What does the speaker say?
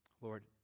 Lord